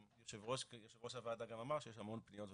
-- יושב-ראש הוועדה גם אמר שיש המון פניות ובקשות.